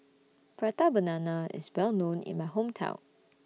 Prata Banana IS Well known in My Hometown